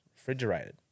refrigerated